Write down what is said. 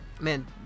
man